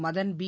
Madan B